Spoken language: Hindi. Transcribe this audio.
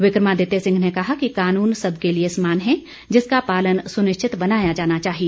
विक्रमादित्य सिंह ने कहा कि कानून सबके लिए समान है जिसका पालन सुनिश्चित बनाया जाना चाहिए